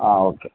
ആ ഓക്കെ